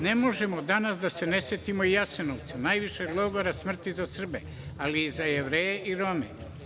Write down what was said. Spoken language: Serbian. Ne možemo danas da se ne setimo Jasenovca, najvišeg logora smrti za Srbe, ali i za Jevreje i Rome.